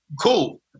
Cool